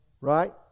Right